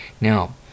now